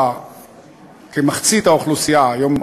כמחצית האוכלוסייה היום,